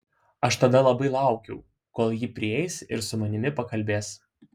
aš tada labai laukiau kol ji prieis ir su manimi pakalbės